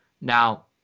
Now